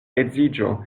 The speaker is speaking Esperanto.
edziĝo